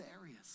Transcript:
areas